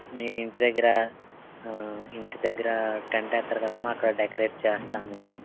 మీ ఇంటి దగ్గర ఇంటి దగ్గర టెంట్ వేస్తారు కదమ్మా అక్కడ డెకరేట్ చేస్తాము